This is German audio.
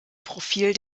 profil